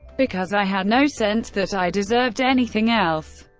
because i had no sense that i deserved anything else.